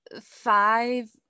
five